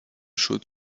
chaude